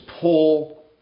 pull